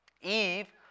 Eve